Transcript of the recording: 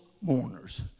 mourners